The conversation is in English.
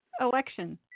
election